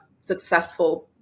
successful